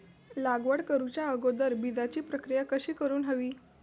लागवड करूच्या अगोदर बिजाची प्रकिया कशी करून हवी?